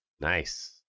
Nice